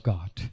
God